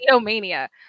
Mania